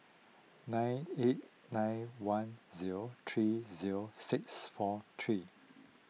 nine eight nine one zero three zero six four three